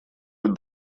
быть